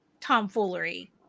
tomfoolery